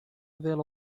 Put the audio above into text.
reveal